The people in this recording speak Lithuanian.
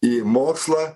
į mokslą